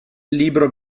libro